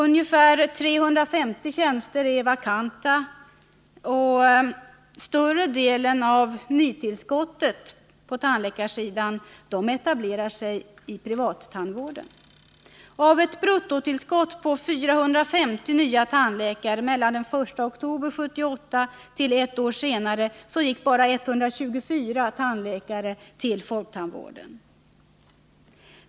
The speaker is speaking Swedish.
Ungefär 350 tjänster är vakanta, och större delen av nytillskottet på tandläkarsidan etablerar sig i privattandvården. Av ett bruttotillskott på 450 nya tandläkare från den I oktober 1978 till ett år senare gick bara 124 tandläkare till folktandvården.